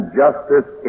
justice